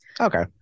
Okay